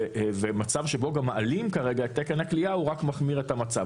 ומצב שבו גם מעלים כרגע את תקן הכליאה רק מחמיר את המצב.